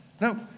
No